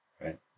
right